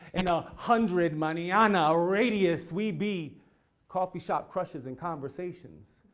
in a hundred manana radius, we be coffee shop crushes in conversations.